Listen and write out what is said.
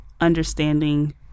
understanding